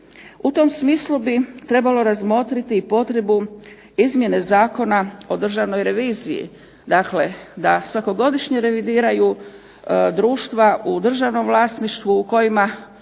U tom smislu bi trebalo razmotriti i potrebu izmjene Zakona o državnoj reviziji, dakle da svakogodišnje revidiraju društva u državnom vlasništvu u kojima,